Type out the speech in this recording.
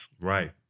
Right